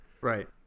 Right